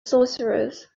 sorcerers